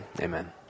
Amen